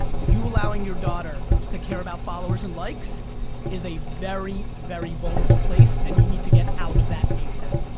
you allowing your daughter to care about followers and likes is a very, very vulnerable place and you need to get out of that asap.